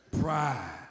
Pride